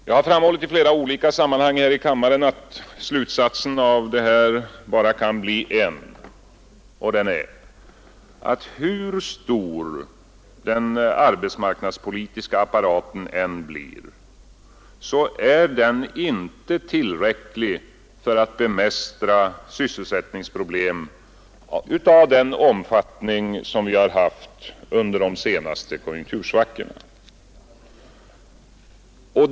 Som jag framhållit i flera olika sammanhang här i kammaren kan slutsatsen av detta bara vara en: hur stor den arbetsmarknadspolitiska apparaten än blir, är den inte tillräcklig för att bemästra sysselsättningsproblem av den omfattning som vi har haft under de senaste konjunktursvackorna.